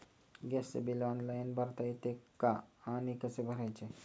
गॅसचे bill online भरता येते का आणि कसे भरायचे?